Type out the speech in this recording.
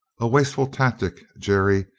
a wasteful tactic, jerry.